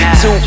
two